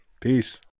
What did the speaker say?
Peace